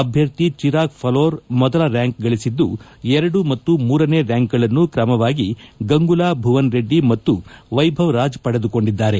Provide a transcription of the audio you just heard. ಅಭ್ಯರ್ಥಿ ಚಿರಾಗ್ ಫೆಲೋರ್ ಮೊದಲು ರ್ಯಾಂಕ್ ಗಳಿಸಿದ್ದು ಎರಡು ಮತ್ತು ಮೂರನೇ ರ್ಯಾಂಕ್ಗಳನ್ನು ಕ್ರಮವಾಗಿ ಗಂಗುಲಾ ಭುವನ್ ರೆಡ್ಡಿ ಮತ್ತು ವೈಭವ್ ರಾಜ್ ಪಡೆದುಕೊಂಡಿದ್ದಾರೆ